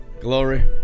Glory